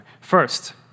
First